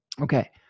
Okay